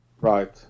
Right